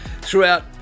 throughout